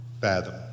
fathom